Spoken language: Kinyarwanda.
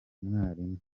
umwarimu